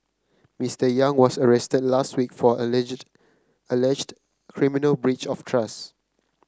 Mister Yang was arrested last week for alleged alleged criminal breach of trust